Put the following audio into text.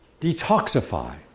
detoxify